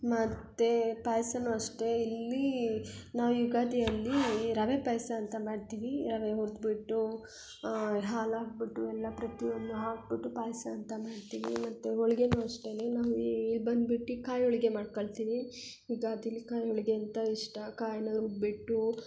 ಮತ್ತು ಪಾಯ್ಸವೂ ಅಷ್ಟೇ ಇಲ್ಲಿ ನಾವು ಯುಗಾದಿಯಲ್ಲಿ ರವೆ ಪಾಯಸ ಅಂತ ಮಾಡ್ತೀವಿ ರವೆ ಹುರ್ದು ಬಿಟ್ಟು ಹಾಲು ಹಾಕ್ ಬಿಟ್ಟು ಎಲ್ಲ ಪ್ರತಿಯೊಂದು ಹಾಕಿಬಿಟ್ಟು ಪಾಯಸ ಅಂತ ಮಾಡ್ತೀವಿ ಮತ್ತು ಹೋಳ್ಗೆನು ಅಷ್ಟೇ ನಮಗೆ ಇಲ್ಲಿ ಬನ್ಬಿಟ್ಟು ಕಾಯಿ ಹೋಳ್ಗೆ ಮಾಡ್ಕೊಳ್ತೀವಿ ಯುಗಾದಿಯಲ್ಲಿ ಕಾಯಿ ಹೋಳ್ಗೆ ಅಂತ ಇಷ್ಟ ಕಾಯನ್ನ ರುಬ್ಬಿಟ್ಟು